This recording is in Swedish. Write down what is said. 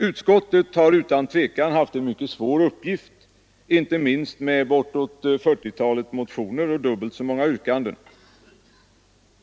Utskottet har utan tvekan haft en mycket svår uppgift, inte minst med bortåt fyrtiotalet motioner och dubbelt så många yrkanden.